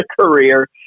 career